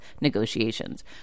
negotiations